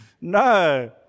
No